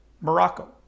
Morocco